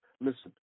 listen